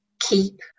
keep